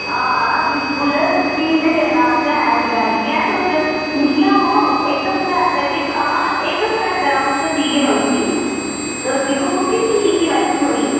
हां बिल्कुल सीऽ ते देना असें ऐसी गल्ल निं ऐ तुस लेई आएओ इक हफ्ते अंदर निं हां इक हफ्ते अंदर अ'ऊ तुसे ईं सीयै देई ओड़गी तुस दिक्खो कोह्की स्हेली ही बैसे थुआढ़ी